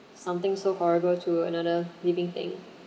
something so horrible to another living thing